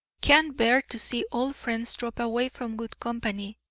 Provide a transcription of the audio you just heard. can't bear to see old friends drop away from good company.